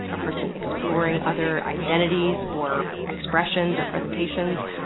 a person exploring other identities or expressions or presentations.